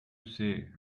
say